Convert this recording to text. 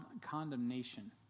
condemnation